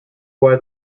why